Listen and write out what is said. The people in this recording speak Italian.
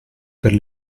per